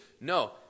No